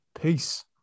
peace